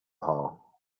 hall